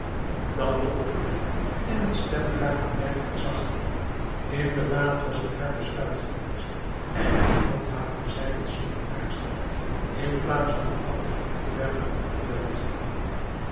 dat trof marie en het stemde haar aanmerkelijk zachter inderdaad was het haar besluit geweest en nu handhaafde zij dat zonder aarzelen in plaats van een appeltje op te werpen in andere richting